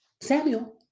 Samuel